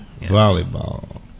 volleyball